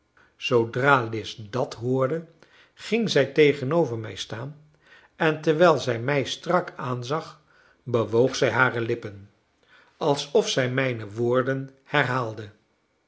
zoodra lize dat hoorde ging zij tegenover mij staan en terwijl zij mij strak aanzag bewoog zij hare lippen alsof zij mijne woorden herhaalde